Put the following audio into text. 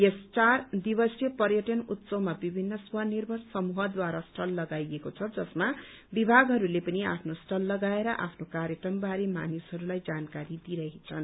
यस चार दिवसीय पर्यटन उत्सवमा विभिन्न स्वनिर्भर समूहद्वारा स्टल लगाइएको छ जसमा विभागहरूले पनि आफ्नो स्टल लगाएर आफ्नो कार्यक्रम बारे मानिसहरूलाई जानकारी दिइरहेछन्